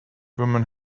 woman